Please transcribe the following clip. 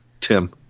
Tim